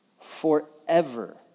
forever